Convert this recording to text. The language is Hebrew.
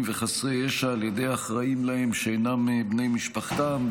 וחסרי ישע על ידי האחראים להם שאינם בני משפחתם,